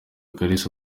kalisa